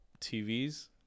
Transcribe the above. TVs